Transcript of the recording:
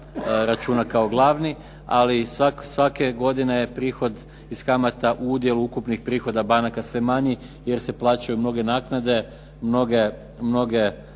računa kao glavni, ali svake godine je prihod iz kamata u udjelu ukupnih prihoda banaka sve manji jer se plaćaju mnoge naknade, mnoge